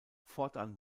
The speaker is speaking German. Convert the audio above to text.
fortan